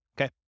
Okay